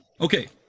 Okay